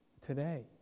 today